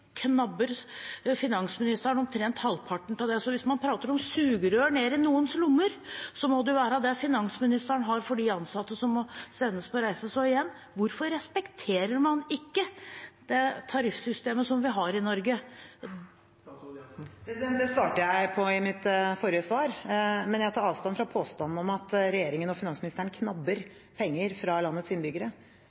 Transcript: knabber finansministeren omtrent halvparten av det. Hvis man prater om sugerør ned i noens lommer, må det være det finansministeren har for de ansatte som må sendes på reise. Igjen: Hvorfor respekterer man ikke tariffsystemet som vi har i Norge? Det svarte jeg på i mitt forrige svar, men jeg tar avstand fra påstanden om at regjeringen og finansministeren knabber penger fra landets innbyggere.